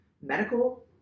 medical